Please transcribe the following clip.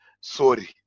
Sorry